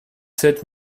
sept